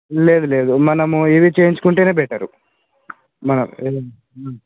లేదు లేదు మనము ఇది చేయించుకుంటే బెటరు మన